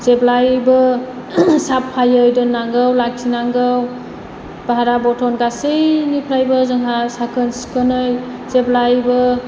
जेब्लायबो साफायै दोनांगौ लाखिनांगौ बाह्रा बर्टन गासैनिफ्रायबो जोंहा साखोन सिखोनै जेब्लायबो